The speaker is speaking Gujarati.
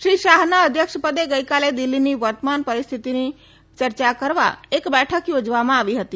શ્રી શાહના અધ્યક્ષપદે ગઈકાલે દિલ્ફીની વર્તમાન પરિસ્થિતિની ચર્ચા કરવા એક બેઠક યોજવામાં આવી હતી